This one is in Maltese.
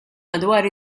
madwar